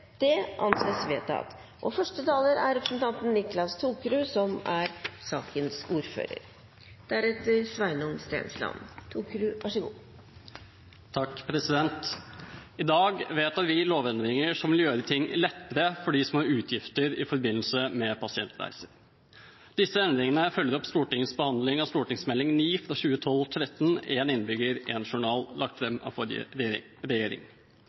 Det anses vedtatt. I dag vedtar vi lovendringer som vil gjøre ting lettere for dem som har utgifter i forbindelse med pasientreiser. Disse endringene følger opp Stortingets behandling av Meld. St. 9 for 2012–2013, Én innbygger – én journal, lagt fram av forrige regjering.